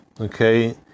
Okay